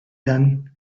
done